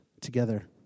together